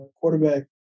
quarterback